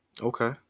okay